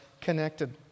connected